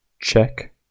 check